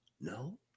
No